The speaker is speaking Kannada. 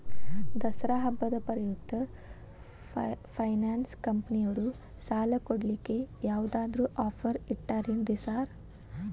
ದಸರಾ ಹಬ್ಬದ ಪ್ರಯುಕ್ತ ಫೈನಾನ್ಸ್ ಕಂಪನಿಯವ್ರು ಸಾಲ ಕೊಡ್ಲಿಕ್ಕೆ ಯಾವದಾದ್ರು ಆಫರ್ ಇಟ್ಟಾರೆನ್ರಿ ಸಾರ್?